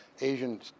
Asian